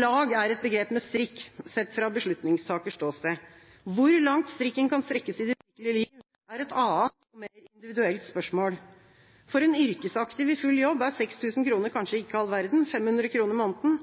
lag» er et begrep med strikk, sett fra beslutningstakers ståsted. Hvor langt strikken kan strekkes i det virkelige liv, er et annet og mer individuelt spørsmål. For en yrkesaktiv i full jobb er 6 000 kr kanskje ikke all verden – 500 kr i måneden.